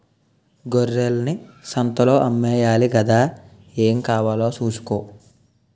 గొర్రెల్ని సంతలో అమ్మేయాలి గదా ఏం కావాలో సూసుకో